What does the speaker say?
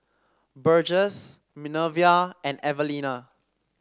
Burgess Minervia and Evalena